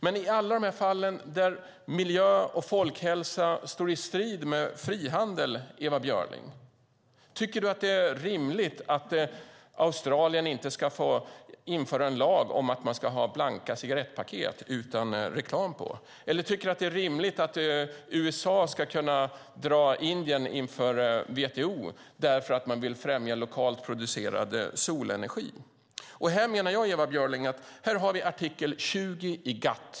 Men det handlar också om alla de fall där miljö och folkhälsa står i strid med frihandel, Ewa Björling. Tycker du att det är rimligt att Australien inte ska få införa en lag om att man ska ha blanka cigarettpaket utan reklam på? Tycker du att det är rimligt att USA ska kunna dra Indien inför WTO därför att man vill främja lokalt producerad solenergi? Här menar jag, Statsrådet Ewa Björling, att vi har artikel 20 i GATT.